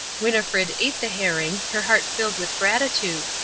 winnifred ate the herring, her heart filled with gratitude.